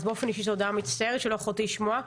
אז באופן אישי אני מצטערת שלא יכולתי לשמוע,